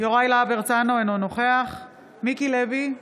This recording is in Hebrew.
יוראי להב הרצנו, אינו נוכח מיקי לוי,